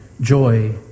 joy